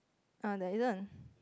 err there isn't